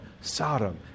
Sodom